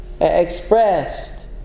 expressed